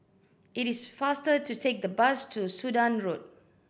it is faster to take the bus to Sudan Road